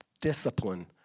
discipline